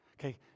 Okay